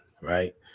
right